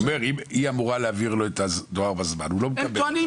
הוא אומר שהיא אמורה להעביר לו את הדואר בזמן והוא לא מגיע.